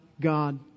God